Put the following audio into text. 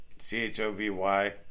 C-H-O-V-Y